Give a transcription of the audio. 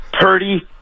Purdy